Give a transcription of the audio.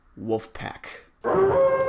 Wolfpack